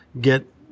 get